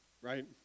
Right